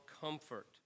comfort